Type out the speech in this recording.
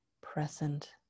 present